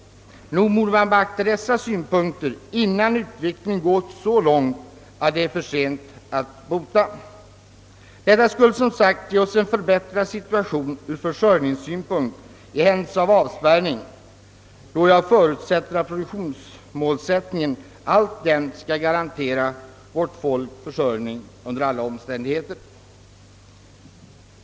Nog borde man beakta dessa synpunkter innan utvecklingen gått så långt att det är för sent att bota. Detta skulle som sagt dessutom ge oss en förbättrad situation ur försörjningssynpunkt i händelse av avspärrning, då jag förutsätter att produktionsmålsättningen alltjämt skall garantera vårt folks försörjning under alla omständigheter.